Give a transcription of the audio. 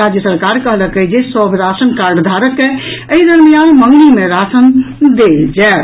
राज्य सरकार कहलक अछि जे सभ राशन कार्डधारक के एहि दरमियान मंगनी मे राशन देल जायत